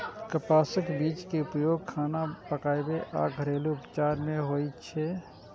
कपासक बीज के उपयोग खाना पकाबै आ घरेलू उपचार मे होइ छै